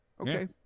Okay